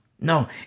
No